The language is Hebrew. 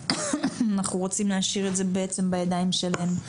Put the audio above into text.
אנחנו רוצים להשאיר את זה בידיים שלהם.